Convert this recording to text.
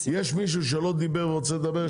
מישהו שלא דיבר ורוצה לדבר?